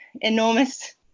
enormous